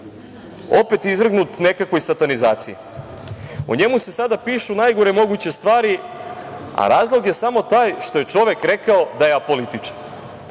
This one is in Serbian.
opet izvrgnut nekakvoj satanizaciji. O njemu se sada pišu najgore moguće stvari, a razlog je samo taj što je čovek rekao da je apolitičan.